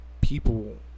people